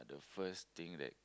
first thing that